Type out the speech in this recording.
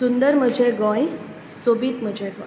सुंदर म्हजें गोंय सोबीत म्हजें गोंय